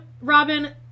Robin